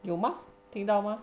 有吗听到吗